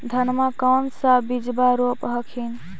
धनमा कौन सा बिजबा रोप हखिन?